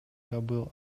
кабыл